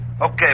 Okay